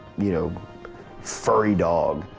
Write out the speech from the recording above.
you know furry dog.